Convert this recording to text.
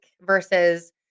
Versus